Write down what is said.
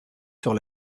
sur